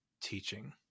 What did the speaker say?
teaching